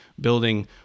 building